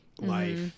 life